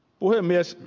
puhemies